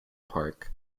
park